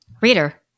Reader